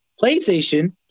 PlayStation